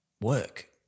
work